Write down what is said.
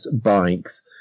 bikes